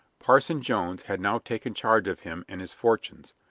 parson jones had now taken charge of him and his fortunes,